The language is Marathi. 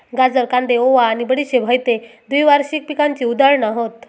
गाजर, कांदे, ओवा आणि बडीशेप हयते द्विवार्षिक पिकांची उदाहरणा हत